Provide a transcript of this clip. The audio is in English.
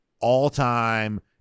all-time